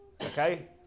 okay